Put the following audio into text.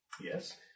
Yes